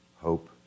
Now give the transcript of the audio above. hope